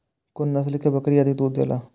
कुन नस्ल के बकरी अधिक दूध देला?